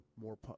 more